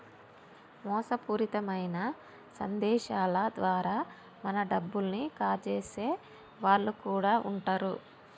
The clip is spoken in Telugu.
మోసపూరితమైన సందేశాల ద్వారా మన డబ్బుల్ని కాజేసే వాళ్ళు కూడా వుంటరు